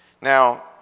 Now